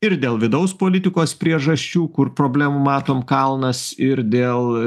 ir dėl vidaus politikos priežasčių kur problemų matom kalnas ir dėl